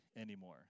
anymore